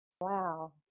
Wow